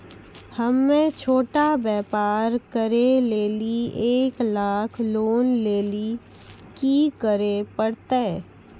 हम्मय छोटा व्यापार करे लेली एक लाख लोन लेली की करे परतै?